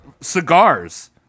cigars